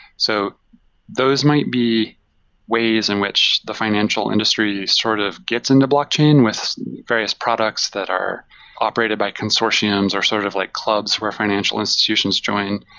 so those might be ways in which the financial industry is sort of gets in the blockchain with various products that are operated by consortiums or sort of like clubs where financial institutions join.